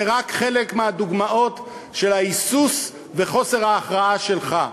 זה רק חלק מהדוגמאות של ההיסוס וחוסר ההכרעה שלך.